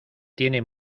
tiene